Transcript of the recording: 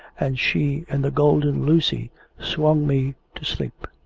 and she and the golden lucy swung me to sleep.